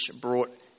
brought